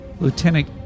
Lieutenant